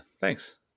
Thanks